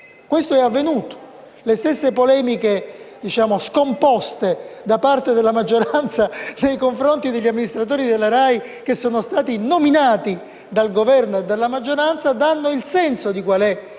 Ciò è avvenuto e le stesse polemiche scomposte da parte della maggioranza nei confronti degli amministratori della RAI, che sono stati nominati dal Governo e dalla maggioranza, danno il senso del